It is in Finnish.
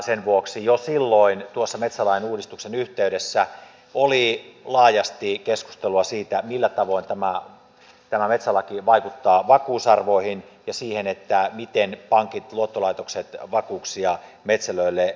sen vuoksi jo silloin tuossa metsälain uudistuksen yhteydessä oli laajasti keskustelua siitä millä tavoin tämä metsälaki vaikuttaa vakuusarvoihin ja siihen miten pankit ja luottolaitokset vakuuksia metsälöille myöntävät